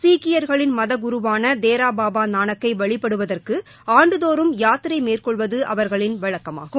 சீக்கியர்களின் மத குருவான தேரா பாபா நானக்கை வழிபடுவதற்கு ஆண்டுதோறும் யாத்திரை மேற்கொள்வது அவர்களின் வழக்கமாகும்